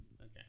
okay